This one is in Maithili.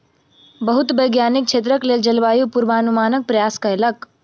बहुत वैज्ञानिक क्षेत्रक लेल जलवायु पूर्वानुमानक प्रयास कयलक